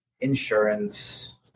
insurance